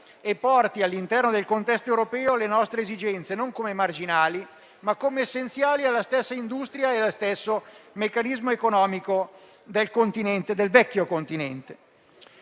e porti all'interno del contesto europeo le nostre esigenze, non come marginali, ma come essenziali all'industria e al meccanismo economico del Vecchio continente.